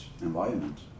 environment